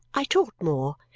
i taught more,